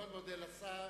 אני מאוד מודה לשר,